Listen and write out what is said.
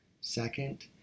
Second